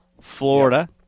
Florida